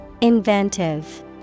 Inventive